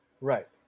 Right